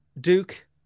Duke